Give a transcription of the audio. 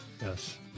Yes